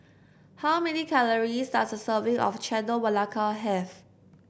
how many calories does a serving of Chendol Melaka have